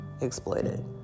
exploited